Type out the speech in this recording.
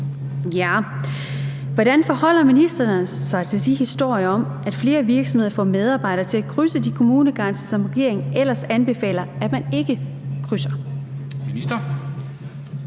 Hvordan forholder ministeren sig til de historier om, at flere virksomheder får medarbejdere til at krydse de kommunegrænser, som regeringen ellers anbefaler at man ikke krydser? Formanden